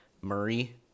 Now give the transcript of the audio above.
Murray